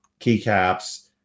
keycaps